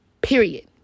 Period